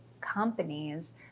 companies